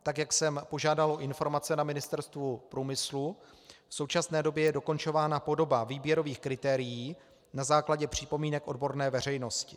Tak jak jsem požádal o informace na Ministerstvu průmyslu, v současné době je dokončována podoba výběrových kritérií na základě připomínek odborné veřejnosti.